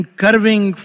curving